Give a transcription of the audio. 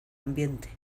ambiente